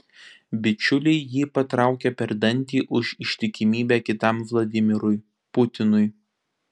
bičiuliai jį patraukia per dantį už ištikimybę kitam vladimirui putinui